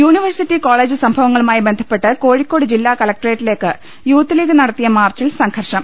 university college സംഭവങ്ങളുമായി ബന്ധപ്പെട്ട് കോഴിക്കോട് ജില്ലാ കലക്ടറേറ്റിലേക്ക് യൂത്ത് ലീഗ് നടത്തിയ മാർച്ചിൽ സംഘർഷം